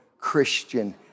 Christian